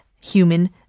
human